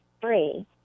free